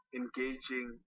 engaging